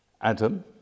Adam